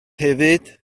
hefyd